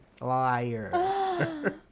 liar